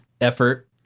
Effort